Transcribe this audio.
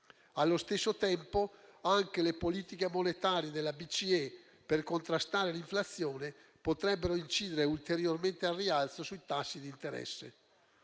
Allo stesso tempo, anche le politiche monetarie della BCE per contrastare l'inflazione potrebbero incidere ulteriormente al rialzo sui tassi di interesse.